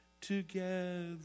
together